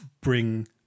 bring